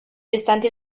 restanti